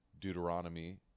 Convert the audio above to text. Deuteronomy